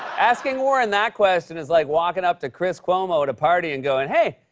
asking warren that question is like walking up to chris cuomo at a party and going, hey,